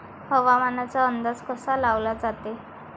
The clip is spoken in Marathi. हवामानाचा अंदाज कसा लावला जाते?